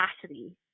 capacity